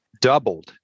doubled